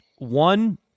One